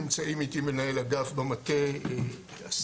נמצאים איתי מנהל אגף במטה -אסף,